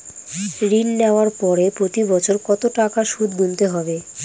ঋণ নেওয়ার পরে প্রতি বছর কত টাকা সুদ গুনতে হবে?